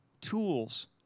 tools